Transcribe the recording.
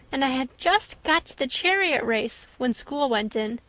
and i had just got to the chariot race when school went in.